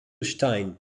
stein